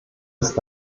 ist